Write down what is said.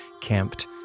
camped